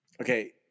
okay